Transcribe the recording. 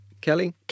kelly